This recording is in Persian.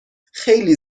خیلی